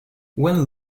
when